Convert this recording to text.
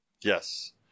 yes